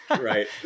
Right